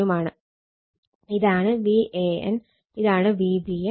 ഇതാണ് Van ഇതാണ് Vbn ഇതാണ് Vcn